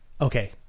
okay